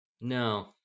No